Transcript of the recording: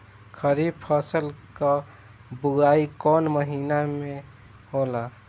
खरीफ फसल क बुवाई कौन महीना में होला?